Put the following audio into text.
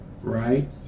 Right